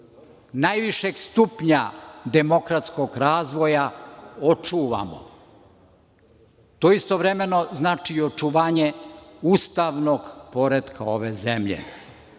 najvišeg stupnja demokratskog razvoja očuvamo. To istovremeno znači i očuvanje ustavnog poretka ove zemlje.